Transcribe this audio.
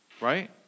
Right